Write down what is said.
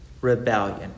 rebellion